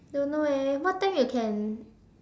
don't know eh what time you can